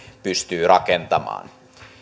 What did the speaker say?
pystyy rakentamaan